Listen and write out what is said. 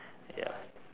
yup